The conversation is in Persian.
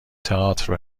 تاتر